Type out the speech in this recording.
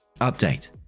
Update